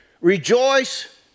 rejoice